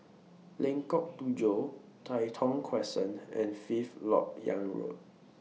Lengkok Tujoh Tai Thong Crescent and Fifth Lok Yang Road